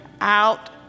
out